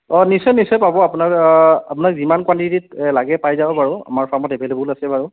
অঁ নিশ্চয় নিশ্চয় পাব আপোনাৰ আপোনাক যিমান কোৱাণ্টিটিত লাগে পাই যাব বাৰু আমাৰ ফাৰ্মত এভেইলেবোল আছে বাৰু